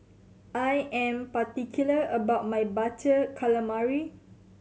I am particular about my Butter Calamari